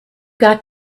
got